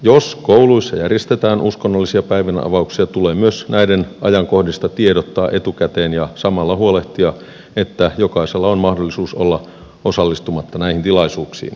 jos koulussa järjestetään uskonnollisia päivänavauksia tulee myös näiden ajankohdista tiedottaa etukäteen ja samalla huolehtia että jokaisella on mahdollisuus olla osallistumatta näihin tilaisuuksiin